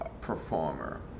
performer